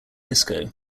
disco